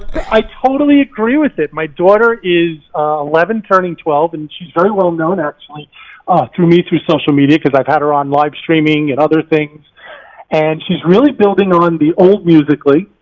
i totally agree with it. my daughter is eleven turning twelve and she's very well known actually ah through me through social media cause i've had her on live streaming and other things and she's really building on and the old musical ly.